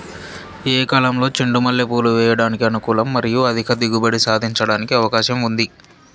ఏ కాలంలో చెండు మల్లె పూలు వేయడానికి అనుకూలం మరియు అధిక దిగుబడి సాధించడానికి అవకాశం ఉంది?